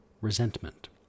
resentment